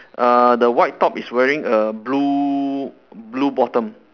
uh the white top is wearing a blue blue bottom